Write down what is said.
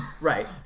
Right